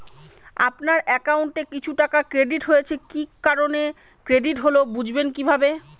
আপনার অ্যাকাউন্ট এ কিছু টাকা ক্রেডিট হয়েছে কি কারণে ক্রেডিট হল বুঝবেন কিভাবে?